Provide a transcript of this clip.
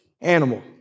animal